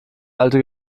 alte